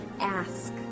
ask